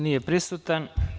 Nije prisutan.